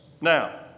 Now